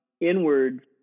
inward